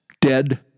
dead